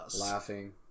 laughing